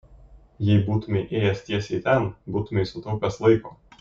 jei būtumei ėjęs tiesiai ten būtumei sutaupęs laiko